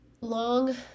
long